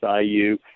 IU